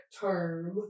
term